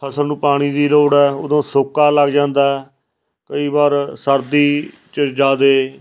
ਫਸਲ ਨੂੰ ਪਾਣੀ ਦੀ ਲੋੜ ਹੈ ਉਦੋਂ ਸੋਕਾ ਲੱਗ ਜਾਂਦਾ ਕਈ ਵਾਰ ਸਰਦੀ 'ਚ ਜ਼ਿਆਦਾ